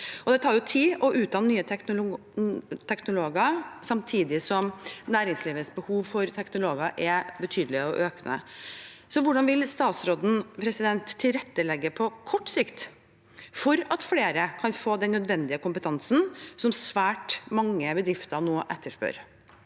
Det tar tid å utdanne nye teknologer, samtidig som næringslivets behov for teknologer er betydelig og økende. Hvordan vil statsråden tilrettelegge på kort sikt for at flere kan få den nødvendige kompetansen som svært mange bedrifter etterspør?»